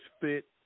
fit